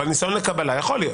אבל ניסיון לקבלה יכול להיות.